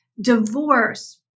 divorce